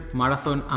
marathon